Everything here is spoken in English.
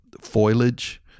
foliage